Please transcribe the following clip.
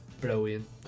brilliant